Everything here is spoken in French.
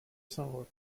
saint